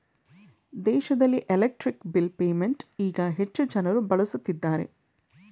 ದೇಶದಲ್ಲಿ electric bill payment ಈಗ ಹೆಚ್ಚು ಜನರು ಬಳಸುತ್ತಿದ್ದಾರೆ